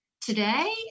today